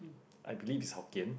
I believe is Hokkien